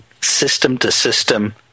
system-to-system